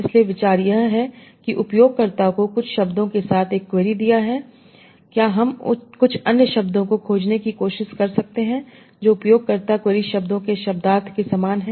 इसलिए विचार यह है कि उपयोगकर्ता को कुछ शब्दों के साथ एक क्वेरी दिया है क्या हम कुछ अन्य शब्दों को खोजने की कोशिश कर सकते हैं जो उपयोगकर्ता क्वेरी शब्दों के शब्दार्थ के समान है